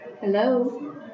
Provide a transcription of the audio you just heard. Hello